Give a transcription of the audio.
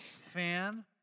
fan